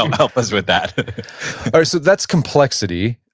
um help us with that all right. so, that's complexity.